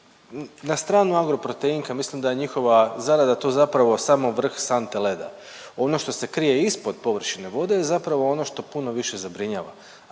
Na stranu Agroproteinka mislim da je njihova zarada tu zapravo samo vrh sante leda. Ono što se krije ispod površine vode je zapravo ono što puno više zabrinjava,